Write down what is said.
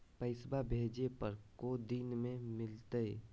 पैसवा भेजे पर को दिन मे मिलतय?